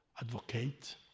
advocate